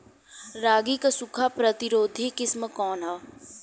रागी क सूखा प्रतिरोधी किस्म कौन ह?